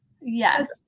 Yes